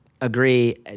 Agree